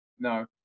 No